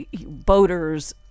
Boaters